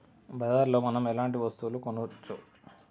బజార్ లో మనం ఎలాంటి వస్తువులు కొనచ్చు?